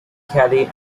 kelly